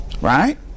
Right